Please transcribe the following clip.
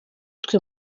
twe